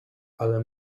ale